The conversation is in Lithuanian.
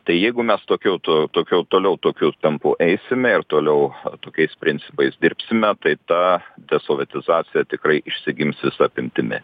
tai jeigu mes tokiu tokiu toliau tokiu tempu eisime ir toliau tokiais principais dirbsime tai ta desovietizacija tikrai išsigims visa apimtimi